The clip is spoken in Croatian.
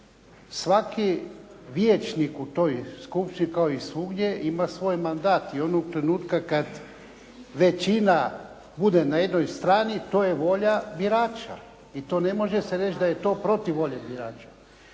Svaki vijećnik u toj skupštini kao i svugdje ima svoj mandat i onog trenutka kada većina bude na jednoj strani, to je volja birača i to ne može se reći da je to protiv volje birača.